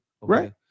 Right